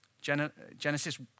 Genesis